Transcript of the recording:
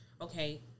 Okay